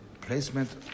placement